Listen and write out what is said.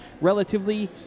relatively